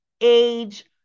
age